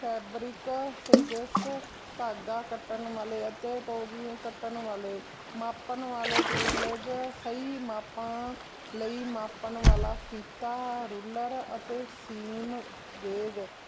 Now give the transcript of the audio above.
fabric ਸੇਜਸ ਧਾਗਾ ਕੱਟਣ ਵਾਲੇ ਅਤੇ ਟੋਰੀ ਕੱਟਣ ਵਾਲੇ ਮਾਪਣ ਵਾਲੇ ਟੂਲਜ ਸਹੀ ਮਾਪ ਲਈ ਮਾਪਣ ਵਾਲਾ ਫੀਤਾ ਰੂਲਰ ਅਤੇ ਸੀਮ ਗੇਜ